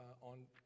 on